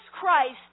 Christ